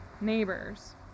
neighbors